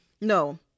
No